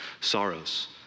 sorrows